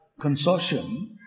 consortium